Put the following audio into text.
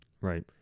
Right